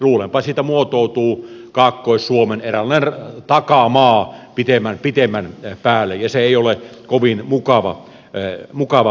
luulenpa että siitä muotoutuu kaakkois suomen eräänlainen takamaa pitemmän päälle ja se ei ole kovin mukava näköala